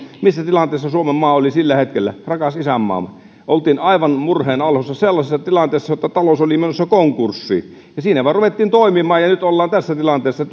missä tilanteessa suomenmaa oli sillä hetkellä rakas isänmaamme olimme aivan murheen alhossa sellaisessa tilanteessa että talous oli menossa konkurssiin siinä vain ruvettiin toimimaan ja nyt olemme tässä tilanteessa